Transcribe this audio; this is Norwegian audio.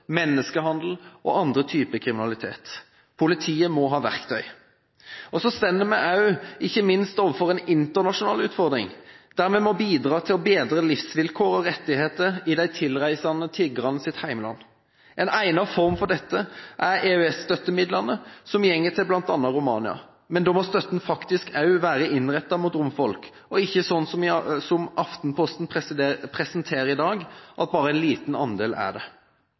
menneskehandel og andre typer kriminalitet. Politiet må ha verktøy. Og ikke minst står vi overfor en internasjonal utfordring, hvor vi må bidra til å bedre livsvilkår og rettigheter i de tilreisende tiggernes hjemland. En egnet form for dette er EØS-støttemidlene som går til bl.a. Romania. Men da må støtten faktisk også være innrettet mot romfolk og ikke slik, som Aftenposten presenterer i dag, at bare en liten andel er det.